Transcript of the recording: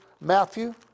Matthew